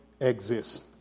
exist